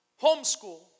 homeschool